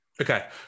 Okay